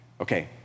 Okay